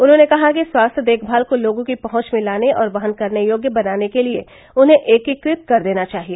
उन्होंने कहा कि स्वास्थ्य देखभाल को लोगों की पहुंच में लाने और वहन करने योग्य बनाने के लिए उन्हें एकीकृत कर देना चाहिए